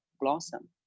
blossom